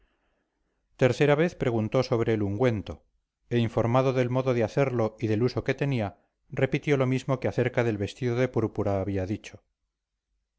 tercera vez preguntó sobre el ungüento e informado del modo de hacerlo y del uso que tenía repitió lo mismo que acerca del vestido de púrpura había dicho